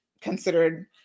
considered